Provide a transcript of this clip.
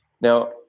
Now